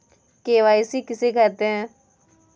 KYC किसे कहते हैं?